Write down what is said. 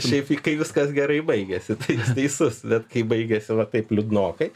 šiaip kai viskas gerai baigiasi tai teisus bet kai baigiasi va taip liūdnokai